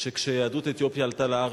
כשיהדות אתיופיה עלתה לארץ,